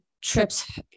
trips